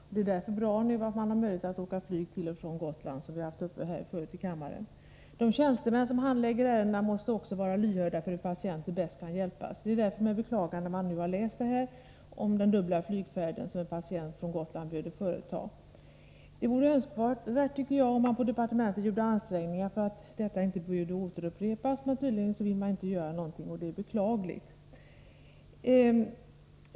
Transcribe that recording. Det är bra att man nu har möjlighet att åka med flyg från och till Gotland. De tjänstemän som handlägger ärenden måste också vara lyhörda för hur patienter bäst kan hjälpas. Det är därför med beklagande man nu fått läsa om den dubbla flygfärd som en patient på Gotland behövt företa. Det vore önskvärt att man på departementet gjorde ansträngningar för att detta inte behöver upprepas. Men tydligen vill man inte göra någonting. Det är beklagligt.